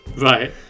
Right